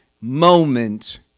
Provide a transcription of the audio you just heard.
moment